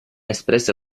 espressa